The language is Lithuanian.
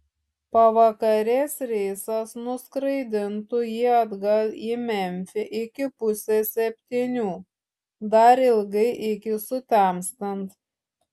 pavakarės reisas nuskraidintų jį atgal į memfį iki pusės septynių dar ilgai iki sutemstant